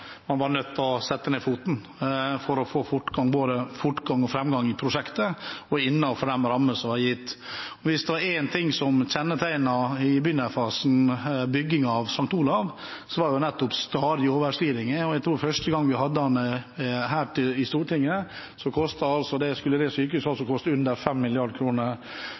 man mistet kontrollen med en del av utbyggingen. Man var nødt til å sette ned foten for å få fortgang og framgang i prosjektet innenfor de rammer som var gitt. Hvis det var én ting som i begynnerfasen kjennetegnet byggingen av St. Olavs Hospital, var det nettopp de stadige overskridelser. Jeg tror første gang vi hadde dette til behandling her i Stortinget, skulle sykehuset koste under